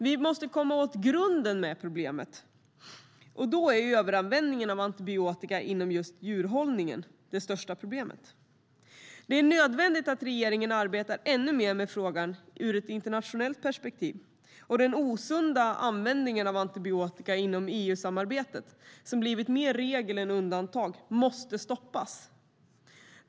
Vi måste komma åt grunden i problemet, och då är överanvändningen av antibiotika i djurhållningen det största problemet. Det är nödvändigt att regeringen arbetar ännu mer med frågan i ett internationellt perspektiv. Den osunda användningen av antibiotika inom EU-samarbetet, som blivit mer regel än undantag, måste stoppas.